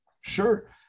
Sure